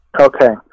Okay